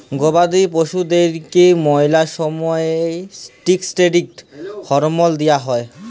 গবাদি পশুদ্যারকে ম্যালা সময়ে ইসটিরেড হরমল দিঁয়া হয়